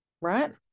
right